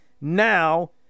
now